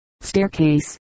staircase